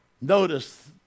Notice